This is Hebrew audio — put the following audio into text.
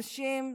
אנשים,